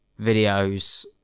videos